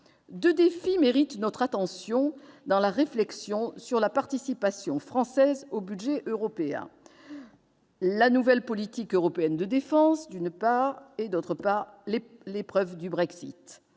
Deux défis méritent notre attention dans la réflexion sur la participation française au budget européen : la nouvelle politique européenne de défense et l'épreuve du Brexit.